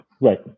Right